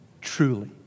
Truly